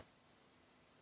Hvala.